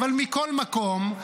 אבל מכל מקום,